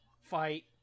Fight